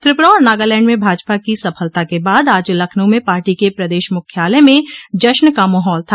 त्रिपुरा और नागालैंड में भाजपा की सफलता के बाद आज लखनऊ में पार्टी के प्रदेश मुख्यालय में जश्न का माहौल था